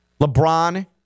LeBron